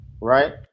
right